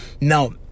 Now